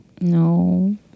No